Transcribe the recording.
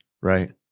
Right